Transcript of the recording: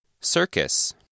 Circus